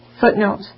footnote